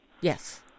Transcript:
yes